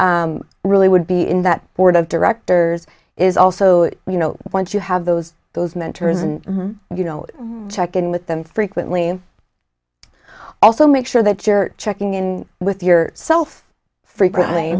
tip really would be in that board of directors is also you know once you have those those mentors and you know check in with them frequently also make sure that you're checking in with your self frequently